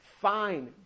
fine